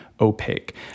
opaque